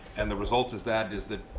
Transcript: and the result is that is that,